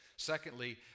Secondly